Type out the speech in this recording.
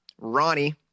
Ronnie